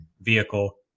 vehicle